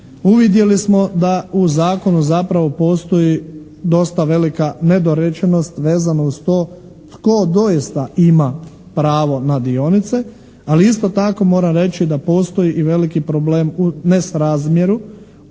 uvidjeli smo da u zakonu zapravo postoji dosta velika nedorečenost vezano uz to tko doista ima pravo na dionice, ali isto tako moram reći da postoji i veliki problem u nesrazmjeru